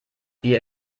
bier